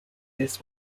this